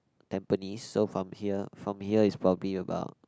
tampines so from here from here it's probably about